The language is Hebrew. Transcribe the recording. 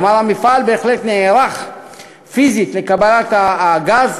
כלומר, המפעל בהחלט נערך פיזית לקבלת הגז,